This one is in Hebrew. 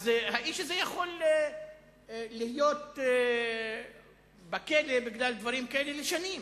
אז האיש הזה יכול להיות בכלא בגלל דברים כאלה לשנים.